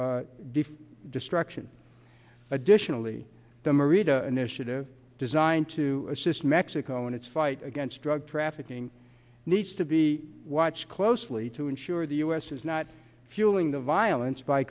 defeat destruction additionally the merida initiative designed to assist mexico in its fight against drug trafficking needs to be watched closely to ensure the u s is not fueling the violence by